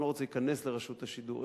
אני לא רוצה להיכנס לרשות השידור.